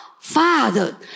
Father